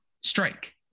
strike